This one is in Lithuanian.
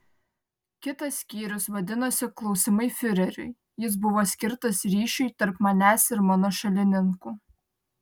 kitas skyrius vadinosi klausimai fiureriui jis buvo skirtas ryšiui tarp manęs ir mano šalininkų